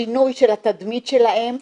השינוי של התדמית שלהם,